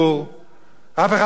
אף אחד לא מייצג את הציבור.